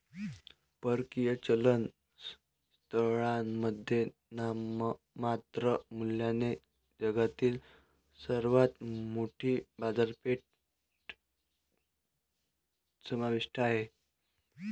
परकीय चलन स्थळांमध्ये नाममात्र मूल्याने जगातील सर्वात मोठी बाजारपेठ समाविष्ट आहे